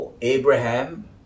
Abraham